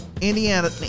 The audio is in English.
Indiana